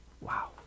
wow